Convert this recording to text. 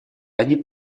они